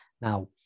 Now